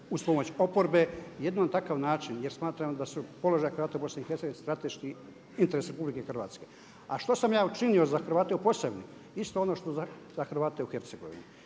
uz pomoć oporbe, jedino na takav način jer smatram da je položaj Hrvata u BiH strateški interes RH. A što sam ja učinio za Hrvate u Posavini? Isto ono što i za Hrvate u Hercegovini.